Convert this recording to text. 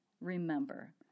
Remember